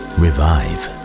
revive